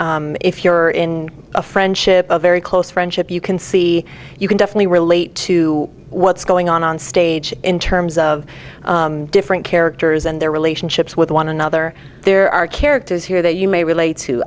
if you are in a friendship a very close friendship you can see you can definitely relate to what's going on on stage in terms of different characters and their relationships with one another there are characters here that you may relate to